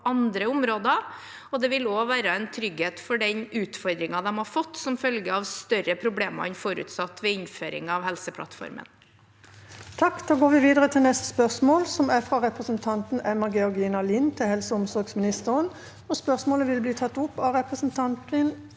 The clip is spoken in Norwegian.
på andre områder. Det vil også være en trygghet for den utfordringen de har fått som følge av større problemer enn forutsatt ved innføringen av Helseplattformen. S p ør s må l 8 Presidenten Dette spørsmålet, fra repre- sentanten Emma Georgina Lind til helse- og omsorgsministeren, vil bli tatt opp av representanten